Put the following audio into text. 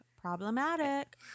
problematic